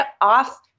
off